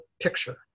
picture